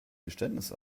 geständnis